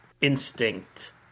instinct